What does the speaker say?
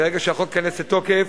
ברגע שהחוק ייכנס לתוקף,